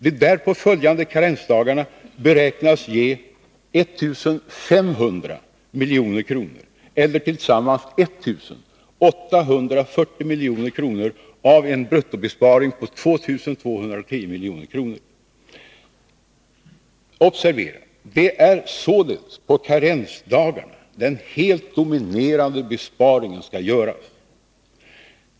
De därpå följande karensdagarna beräknas ge 1 500 milj.kr. eller tillsammans 1 840 milj.kr. av en bruttobesparing på 2210 milj.kr. Observera att det således är på karensdagarna den helt dominerande besparingen skall göras.